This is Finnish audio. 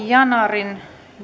yanarin